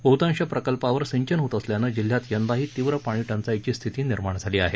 बहतांश प्रकल्पावर सिंचन होत असल्यानं जिल्ह्यात यंदाही तीव्र पाणीटंचाईची स्थिती निर्माण झाली आहे